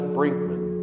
Brinkman